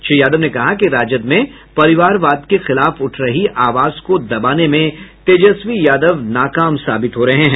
श्री यादव ने कहा कि राजद में परिवारवाद के खिलाफ उठ रही आवाज को दबाने में तेजस्वी यादव नाकाम साबित हो रहे हैं